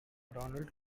donald